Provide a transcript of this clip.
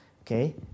Okay